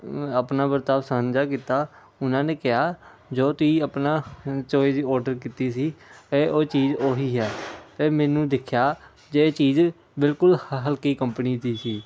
ਆਪਣਾ ਵਰਤਾਉ ਸਾਂਝਾ ਕੀਤਾ ਉਹਨਾਂ ਨੇ ਕਿਹਾ ਜੋ ਤੁਸੀਂ ਆਪਣਾ ਜੋ ਚੀਜ਼ ਔਡਰ ਕੀਤੀ ਸੀ ਇਹ ਉਹ ਚੀਜ਼ ਉਹੀ ਹੈ ਫਿਰ ਮੈਨੂੰ ਦੇਖਿਆ ਜੇ ਚੀਜ਼ ਬਿਲਕੁਲ ਹਲਕੀ ਕੰਪਨੀ ਦੀ ਸੀ